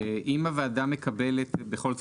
אם הוועדה מקבלת בכל זאת,